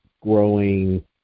growing